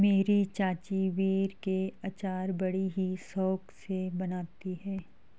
मेरी चाची बेर के अचार बड़ी ही शौक से बनाती है